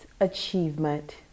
achievement